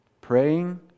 praying